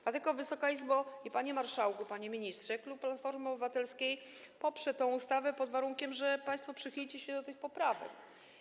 Dlatego, Wysoka Izbo, panie marszałku, panie ministrze, klub Platformy Obywatelskiej poprze tę ustawę pod warunkiem, że państwo przychylicie się do tych poprawek.